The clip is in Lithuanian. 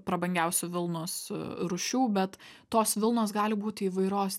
prabangiausių vilnos rūšių bet tos vilnos gali būti įvairios